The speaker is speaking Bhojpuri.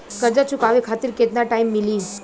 कर्जा चुकावे खातिर केतना टाइम मिली?